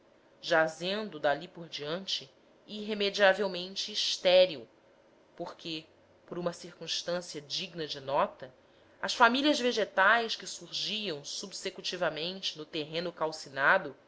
jazendo dali por diante irremediavelmente estéril porque por uma circunstância digna de nota as famílias vegetais que surgiam subsecutivamente no terreno calcinado